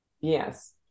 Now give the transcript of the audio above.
Yes